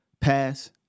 Pass